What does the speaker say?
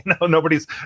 Nobody's